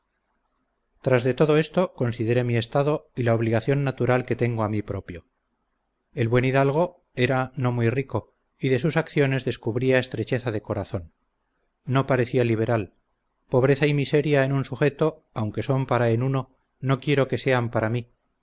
de todo esto consideré mi estado y la obligación natural que tengo a mí propio el buen hidalgo era no muy rico y de sus acciones descubría estrecheza de corazón no parecía liberal pobreza y miseria en un sujeto aunque son para en uno no quiero que sean para mí